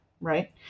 right